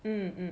mm mm